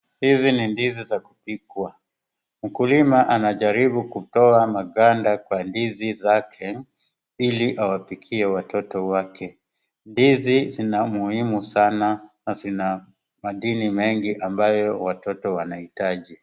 Hizi ni ndizi za kupikwa. Mkulima anajribu kutoa maganda kwa ndizi zake ili awapikie watoto wake. Ndizi zina muhimu sana na zina madini mengi ambayo watoto wanahitaji.